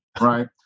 Right